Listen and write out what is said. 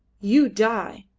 you die!